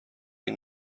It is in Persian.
این